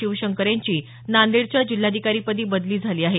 शिवशंकर यांची नांदेडच्या जिल्हाधिकारीपदी बदली झाली आहे